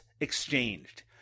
exchanged